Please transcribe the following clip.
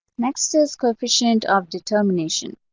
next is coefficient of determination.